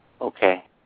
okay